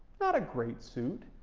not a great suit,